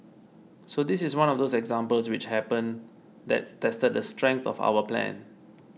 so this is one of those examples which happen that tested the strength of our plan